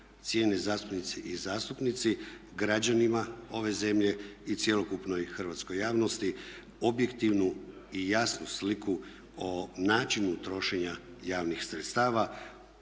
cijenjenje zastupnice i zastupnici, građanima ove zemlje i cjelokupnoj hrvatskoj javnosti objektivnu i jasnu sliku o načinu trošenja javnih sredstava